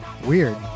Weird